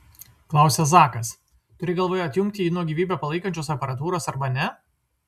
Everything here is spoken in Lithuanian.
klausia zakas turi galvoje atjungti jį nuo gyvybę palaikančios aparatūros arba ne